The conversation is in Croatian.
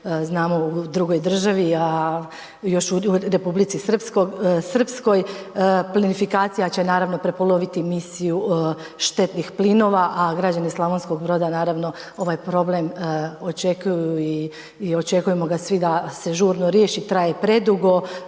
znamo u drugoj državi a još u Republici Srpskoj plinofikacija će naravno prepoloviti misiju štetnih plinova a građani Slavonskog Broda naravno ovaj problem očekuju i očekujemo ga svi da se žurno riješi, traje predugo.